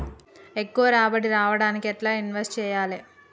ఎక్కువ రాబడి రావడానికి ఎండ్ల ఇన్వెస్ట్ చేయాలే?